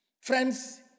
Friends